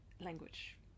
language